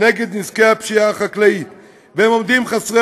נגד נזקי הפשיעה החקלאית והם עומדים חסרי